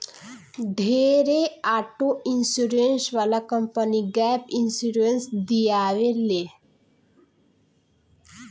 ढेरे auto insurance वाला company gap insurance दियावे ले